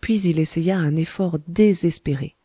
puis il essaya un effort désespéré